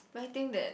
but I think that